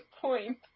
point